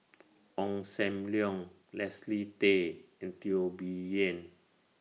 Ong SAM Leong Leslie Tay and Teo Bee Yen